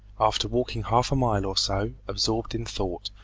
after walking half a mile or so, absorbed in thought,